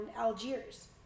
algiers